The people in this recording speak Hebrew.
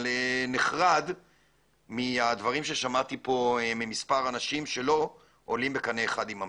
אבל נחרד מהדברים ששמעתי פה ממספר אנשים שלא עולים בקנה אחד עם המציאות.